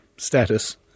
Status